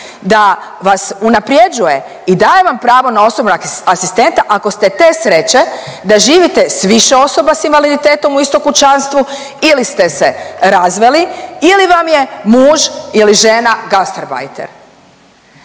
Da vas unaprjeđuje i daje vam pravo na osobnog asistenta, ako ste te sreće da živite s više osoba s invaliditetom u istom kućanstvu ili ste se razveli ili vam je muž ili žena gastarbajter.